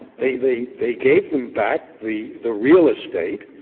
they they they gave them back the the real estate,